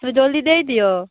ତୁ ଜଲ୍ଦି ଦେଇ ଦିଅ